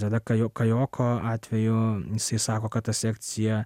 tada kajo kajoko atveju jisai sako kad ta sekcija